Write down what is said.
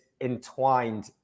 entwined